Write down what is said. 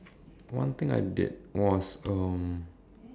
one thing I did was um